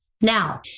Now